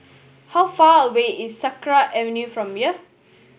how far away is Sakra Avenue from here